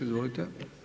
Izvolite.